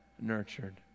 nurtured